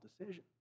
decision